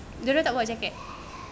dia orang tak bawa jacket